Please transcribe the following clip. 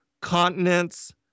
continents